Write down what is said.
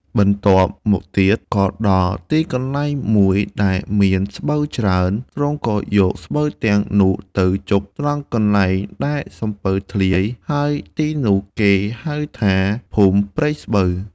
បន្ទាប់មកទៀត ក៏ដល់ទីកន្លែងមួយដែលមានស្បូវច្រើន ទ្រង់ក៏យកស្បូវទាំងនោះទៅជុកត្រង់កន្លែងដែលសំពៅធ្លាយ ហើយទីនោះគេហៅថា ភូមិព្រែកស្បូវ។